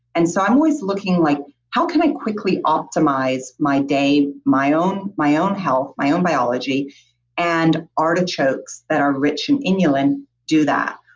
and so i'm always looking like how can i quickly optimize my day, my own my own health my own biology and artichokes that are rich in inulin do that.